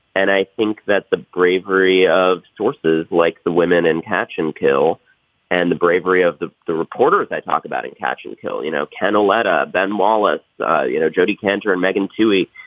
and i think that the bravery of sources like the women in catch and kill and the bravery of the the reporters they talk about in catching hell. you know ken auletta. ben wallace you know jodi kantor and meghan toohey.